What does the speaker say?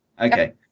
Okay